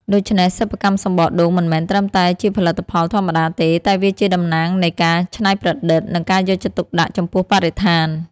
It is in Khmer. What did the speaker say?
ដូច្នេះ សិប្បកម្មសំបកដូងមិនមែនត្រឹមតែជាផលិតផលធម្មតាទេ តែវាជាតំណាងនៃការច្នៃប្រឌិតនិងការយកចិត្តទុកដាក់ចំពោះបរិស្ថាន។